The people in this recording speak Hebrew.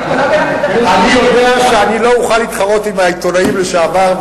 אני יודע שאני לא אוכל להתחרות עם העיתונאים לשעבר,